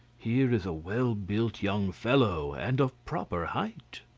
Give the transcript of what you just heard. here is a well-built young fellow, and of proper height.